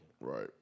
Right